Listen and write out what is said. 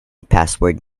password